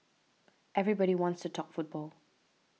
everybody wants to talk football